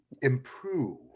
improve